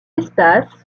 espaces